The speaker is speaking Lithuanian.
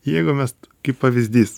jeigu mes kaip pavyzdys